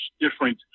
different